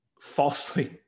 falsely